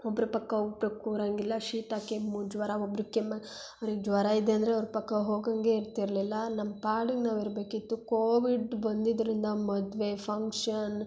ಒಬ್ರ ಪಕ್ಕ ಒಬ್ರು ಕೂರಂಗಿಲ್ಲ ಶೀತ ಕೆಮ್ಮು ಜ್ವರ ಒಬ್ರು ಕೆಮ್ಮ ಅವ್ರಿಗೆ ಜ್ವರ ಇದೆ ಅಂದರೆ ಅವ್ರ ಪಕ್ಕ ಹೋಗೋಂಗೇ ಇರ್ತಿರಲಿಲ್ಲ ನಮ್ಮ ಪಾಡಿಗೆ ನಾವು ಇರಬೇಕಿತ್ತು ಕೋವಿಡ್ ಬಂದಿದ್ದರಿಂದ ಮದುವೆ ಫಂಕ್ಷನ್